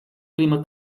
clima